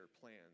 plans